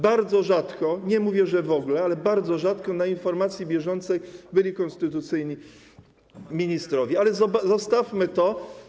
Bardzo rzadko - nie mówię, że w ogóle, ale bardzo rzadko - na rozpatrywaniu informacji bieżącej byli konstytucyjni ministrowie, ale zostawmy to.